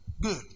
Good